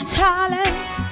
talents